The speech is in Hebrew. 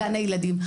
גן הילדים.